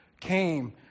came